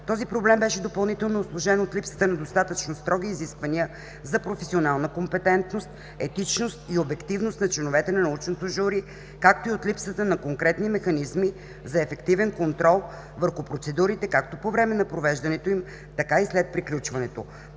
Този проблем беше допълнително усложнен от липсата на достатъчно строги изисквания за професионална компетентност, етичност и обективност на членовете на научното жури, както и от липсата на конкретни механизми за ефективен контрол върху процедурите както по време на провеждането им, така и след приключването.